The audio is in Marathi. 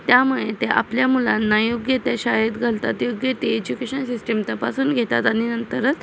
त्यामुळे ते आपल्या मुलांना योग्य त्या शाळेत घालतात योग्य ते एज्युकेशन सिस्टीम तपासून घेतात आणि नंतरच